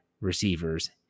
receivers